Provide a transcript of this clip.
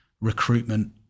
recruitment